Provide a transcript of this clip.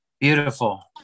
beautiful